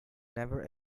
never